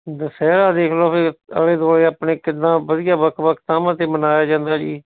ਦੁਸਹਿਰਾ ਦੇਖਲੋ ਫਿਰ ਆਲ਼ੇ ਦੁਆਲ਼ੇ ਆਪਣੇ ਕਿੱਦਾਂ ਵਧੀਆ ਵੱਖ ਵੱਖ ਥਾਵਾਂ ਮਨਾਇਆ ਜਾਂਦਾ ਜੀ